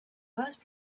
first